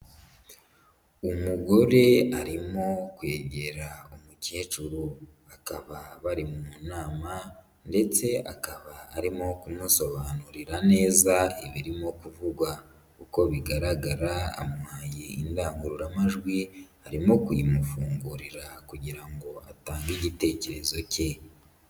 Umugore arimo kwegera umukecuru. Akaba bari mu nama ndetse akaba arimo kumusobanurira neza ibirimo kuvugwa. Uko bigaragara amuhaye indangururamajwi, arimo kuyimufungurira kugira ngo atange igitekerezo cye.